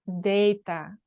data